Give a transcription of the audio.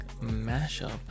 mashup